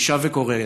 אני שב וקורא,